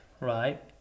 right